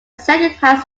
second